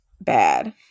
bad